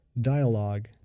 dialogue